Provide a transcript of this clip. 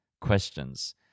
questions